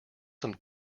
some